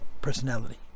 personality